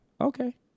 okay